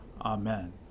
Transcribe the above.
Amen